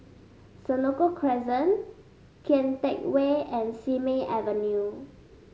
Senoko Crescent Kian Teck Way and Simei Avenue